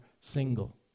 single